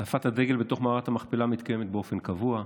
הנפת הדגל בתוך מערת המכפלה מתקיימת באופן קבוע.